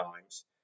times